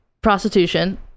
prostitution